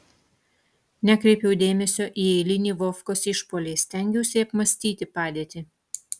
nekreipiau dėmesio į eilinį vovkos išpuolį stengiausi apmąstyti padėtį